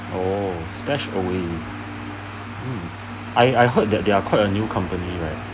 oh stash away um I I heard that they are quite a new company right